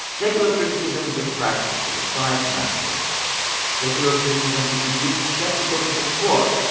secular criticism is a practice that defies mastery secular criticism is indeed sceptical to the core,